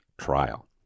trial